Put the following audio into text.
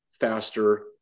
faster